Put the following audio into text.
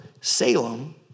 Salem